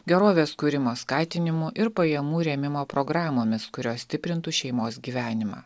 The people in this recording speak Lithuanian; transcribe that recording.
gerovės kūrimo skatinimu ir pajamų rėmimo programomis kurios stiprintų šeimos gyvenimą